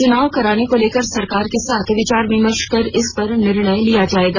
चुनाव कराने को लेकर सरकार के साथ विचार विमर्श कर इस पर निर्णय लिया जायेगा